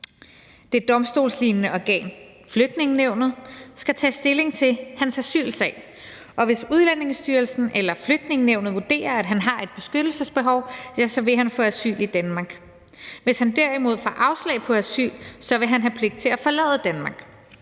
det domstolslignende organ Flygtningenævnet, skal tage stilling til hans asylsag. Hvis Udlændingestyrelsen eller Flygtningenævnet vurderer, at han har et beskyttelsesbehov, vil han få asyl i Danmark. Hvis han derimod får afslag på asyl, vil han have pligt til at forlade Danmark.